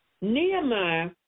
Nehemiah